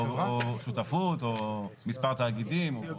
שותפות או מספר תאגידים.